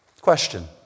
Question